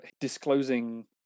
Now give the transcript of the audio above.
disclosing